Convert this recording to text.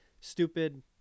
Stupid